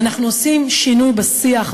ואנחנו עושים שינוי בשיח,